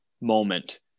moment